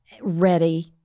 ready